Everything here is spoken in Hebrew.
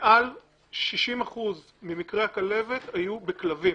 מעל 60% ממקרי הכלבת היו בכלבים.